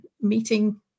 meeting